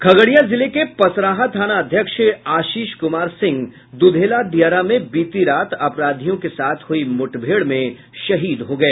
खगड़िया जिले के पसराहा थानाध्यक्ष आशीष कुमार सिंह दुधेला दियारा में बीती रात अपराधियों के साथ हुई मुठभेड़ में शहीद हो गए